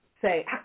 say